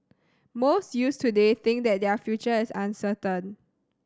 most youths today think that their future is uncertain